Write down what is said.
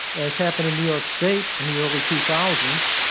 as happened in new york state in the early two thousand